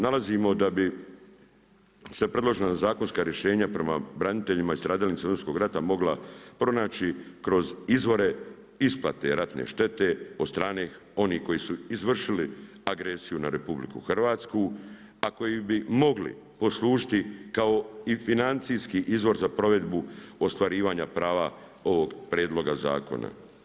Nalazimo da bi se predložena zakonska rješenja prema braniteljima i stradalnicima Domovinskog rata mogla pronaći kroz izvore isplate ratne štete od strane onih koji su izvršili agresiju na RH a koji bi mogli poslužiti kao i financijski izvor za provedbu ostvarivanja prava ovog prijedloga zakona.